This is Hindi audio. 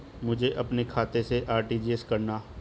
मुझे अपने खाते से आर.टी.जी.एस करना?